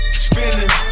spinning